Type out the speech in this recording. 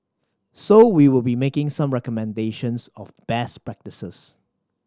so we will be making some recommendations of best